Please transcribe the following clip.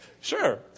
Sure